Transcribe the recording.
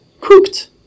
cooked